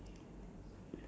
ya